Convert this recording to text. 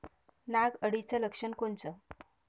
नाग अळीचं लक्षण कोनचं?